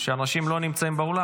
ואנשים לא נמצאים באולם,